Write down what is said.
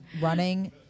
running